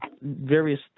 various